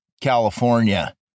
California